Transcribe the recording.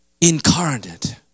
incarnate